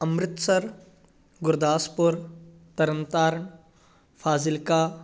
Amritsar Gurdaspur Tarn Taran Fazilka